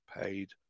paid